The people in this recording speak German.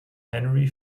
henry